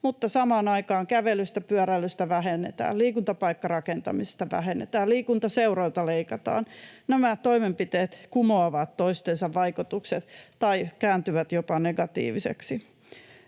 mutta samaan aikaan kävelystä, pyöräilystä vähennetään, liikuntapaikkarakentamista vähennetään, liikuntaseuroilta leikataan. Nämä toimenpiteet kumoavat toistensa vaikutukset tai kääntyvät jopa negatiivisiksi.